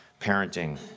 parenting